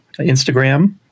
Instagram